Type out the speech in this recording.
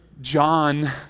John